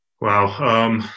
Wow